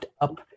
up